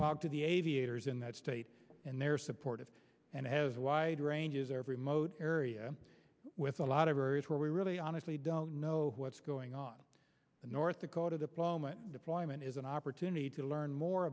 talk to the aviators in that state and they're supportive and has wide ranges every mode area with a lot of areas where we really honestly don't know what's going on in north dakota diplomate deployment is an opportunity to learn more